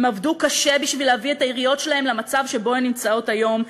הם עבדו קשה בשביל להביא את העיריות שלהם למצב שבו הן נמצאות היום,